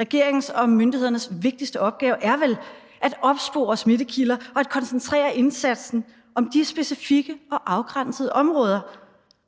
Regeringens og myndighedernes vigtigste opgave er vel at opspore smittekilder og at koncentrere indsatsen om de specifikke og afgrænsede områder.